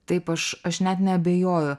taip aš aš net neabejoju